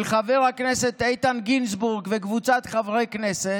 של חבר הכנסת איתן גינזבורג וקבוצת חברי הכנסת,